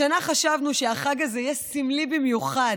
השנה חשבנו שהחג הזה יהיה סמלי במיוחד,